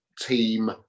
team